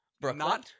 Brooklyn